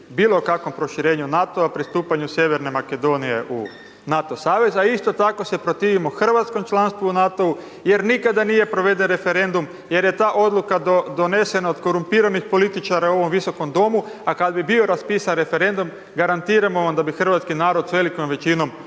bilo kakvom proširenju NATO-a, pristupanju Sjeverne Makedonije u NATO savez, a isto tako se protivimo hrvatskom članstvu u NATO-u jer nikada nije proveden referendum jer je ta odluka donesena od korumpiranih političara u ovom visokom domu, a kad bi bio raspisan referendum, garantiramo vam da bi hrvatski narod s velikom većinom